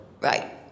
Right